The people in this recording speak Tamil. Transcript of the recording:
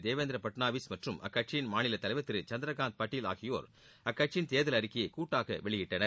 தேவேந்திர பட்னாவிஸ் மற்றம் அக்கட்சியின் மாநில தலைவர் திரு சந்திரனாந்த் பட்டீல் ஆகியோர் அக்கட்சியின் தேர்தல் அறிக்கையை கூட்டாக வெளியிட்டனர்